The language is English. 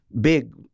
big